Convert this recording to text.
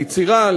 ליצירה,